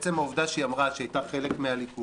עצם העובדה שהיא אמרה שהיא הייתה חלק מהליכוד